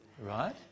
Right